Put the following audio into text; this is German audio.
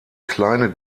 kleine